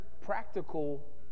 practical